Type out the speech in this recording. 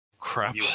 crap